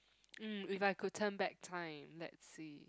mm if I could turn back time let see